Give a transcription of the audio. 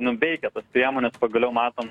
nu veikia tos priemonės pagaliau matom